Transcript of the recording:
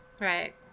Right